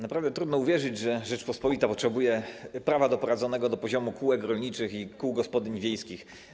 Naprawdę trudno uwierzyć, że Rzeczpospolita potrzebuje prawa doprowadzonego do poziomu kółek rolniczych i kół gospodyń wiejskich.